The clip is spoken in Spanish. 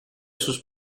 sus